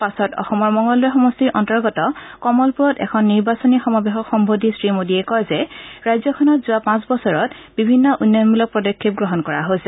পাছত অসমৰ মঙলদৈ সমষ্টিৰ অন্তৰ্গত কমলপুৰত এখন নিৰ্বাচনী সমাৱেশক সন্নোধি শ্ৰীমোদীয়ে কয় যে ৰাজ্যখনত যোৱা পাঁচ বছৰত বিভিন্ন উন্নয়নমূলক পদক্ষেপ গ্ৰহণ কৰা হৈছে